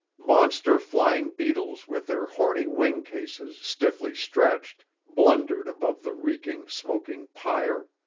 monster flying beetles with their horny wing-cases stiffly stretched, blundered above the reeking, smoking pyre.